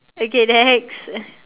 okay next